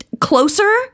closer